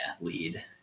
Lead